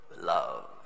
love